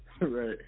right